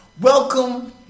Welcome